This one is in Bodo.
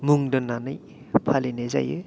मुं दोन्नानै फालिनाय जायो